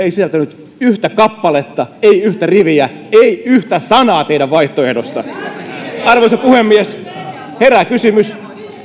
ei sisältänyt yhtä kappaletta ei yhtä riviä ei yhtä sanaa teidän vaihtoehdostanne arvoisa puhemies herää kysymys